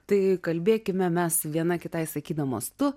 tai kalbėkime mes viena kitai sakydamos tu